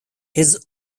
his